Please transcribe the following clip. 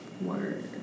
Word